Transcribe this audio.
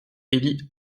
élie